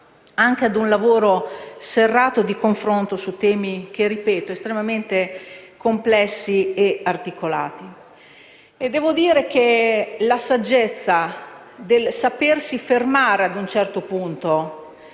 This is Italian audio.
anche a un lavoro serrato di confronto su temi - ripeto - estremamente complessi e articolati. Devo dire che la saggezza del sapersi fermare a un certo punto